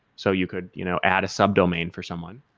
so you could you know add a subdomain for someone.